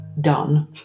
done